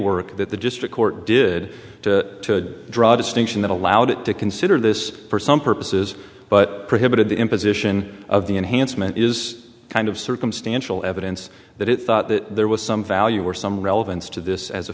work that the district court did to draw distinction that allowed it to consider this for some purposes but prohibited the imposition of the enhancement is kind of circumstantial evidence that it thought that there was some value were some relevance to this as a